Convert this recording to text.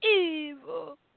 evil